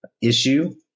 issue